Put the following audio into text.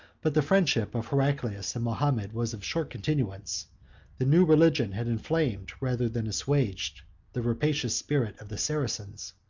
but the friendship of heraclius and mahomet was of short continuance the new religion had inflamed rather than assuaged the rapacious spirit of the saracens,